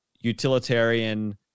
utilitarian